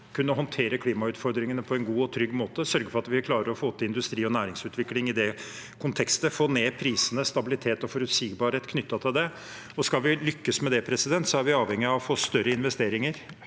kunne håndtere klimautfordringene på en god og trygg måte, sørge for at vi vil klare å få til industri- og næringsutvikling i den konteksten, få ned prisene og få tabilitet og forutsigbarhet knyttet til det. Skal vi lykkes med det, er vi avhengig av å få større og raskere